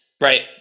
right